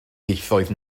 ieithoedd